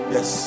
Yes